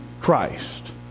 Christ